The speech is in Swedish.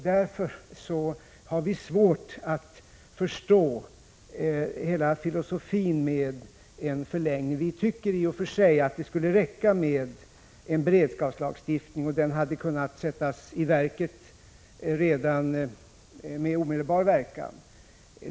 Därför har vi svårt att förstå hela filosofin med en förlängning. Vi tycker i och för sig att det skulle räcka med en beredskapslagstiftning. En sådan hade kunnat genomföras med omedelbar verkan.